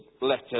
letter